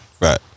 Right